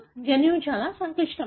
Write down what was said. జన్యువు చాలా సంక్లిష్టమైనది